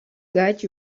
guide